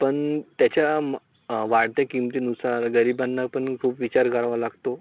पण त्याच्या वाढत्या किंमतीनुसार गरिबांना पण खूप विचार करावा लागतो